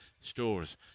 stores